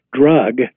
drug